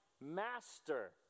master